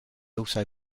also